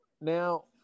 now